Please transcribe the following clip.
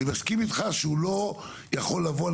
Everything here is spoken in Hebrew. אני מסכים איתך שהוא לא יכול לבוא על